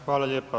Hvala lijepa.